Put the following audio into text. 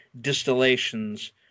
distillations